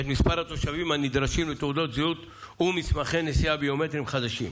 את מספר התושבים הנדרשים לתעודות זהות ומסמכי נסיעה ביומטריים חדשים.